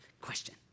Question